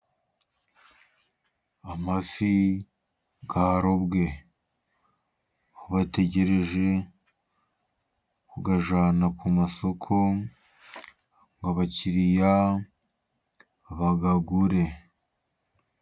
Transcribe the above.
Amafi yarobwe aho bategereje kuyajyana ku masoko ngo abakiriya bayagure.